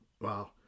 Wow